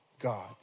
God